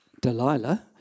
Delilah